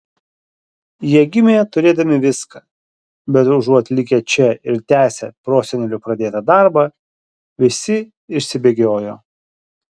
jie gimė turėdami viską bet užuot likę čia ir tęsę prosenelių pradėtą darbą visi išsibėgiojo